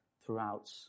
throughout